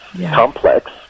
complex